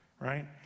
right